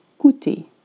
Coûter